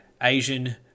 Asian